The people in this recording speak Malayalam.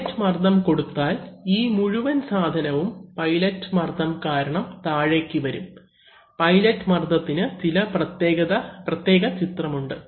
പൈലറ്റ് മർദ്ദം കൊടുത്താൽ ഈ മുഴുവൻ സാധനവും പൈലറ്റ് മർദ്ദം കാരണം താഴേക്ക് വരും പൈലറ്റ് മർദ്ദനത്തിന് പ്രത്യേക ചിത്രമുണ്ട്